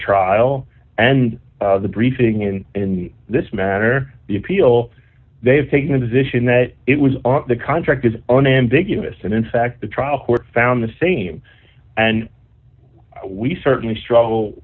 trial and the briefing in this manner the appeal they've taken a position that it was on the contract is unambiguous and in fact the trial court found the same and we certainly struggle